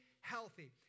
Healthy